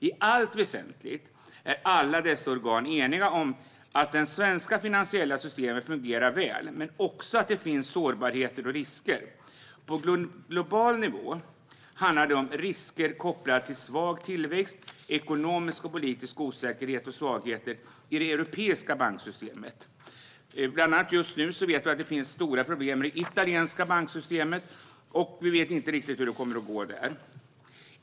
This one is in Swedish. I allt väsentligt är alla dessa organ eniga om att det svenska finansiella systemet fungerar väl men att det också finns sårbarheter och risker. På global nivå handlar det om risker kopplade till en svag tillväxt, ekonomisk och politisk osäkerhet och svagheter i det europeiska banksystemet. Vi vet att det just nu finns stora problem bland annat i det italienska banksystemet, och man vet inte riktigt hur det kommer att gå där.